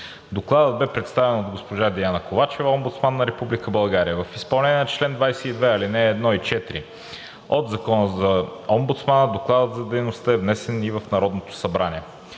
Докладът бе представен от госпожа Диана Ковачева – Омбудсман на Република България. В изпълнение на чл. 22, ал.1 и 4 от Закона за Омбудсмана Докладът за дейността е внесен в Народното събрание.